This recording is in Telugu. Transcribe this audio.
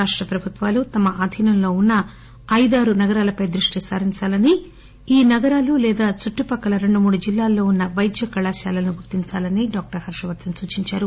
రాష్ట ప్రభుత్వాలు తమ అధీనంలో ఉన్న అయిదు ఆరు నగరాలపై దృష్టి సారించాలని ఈ నగరాలు లేదా చుట్టుపక్కల రెండు మూడు జిల్లాల్లో ఉన్న వైద్య కళాశాలలను గుర్తించాలని డాక్టర్ హర్షవర్దన్ తెలియచేశారు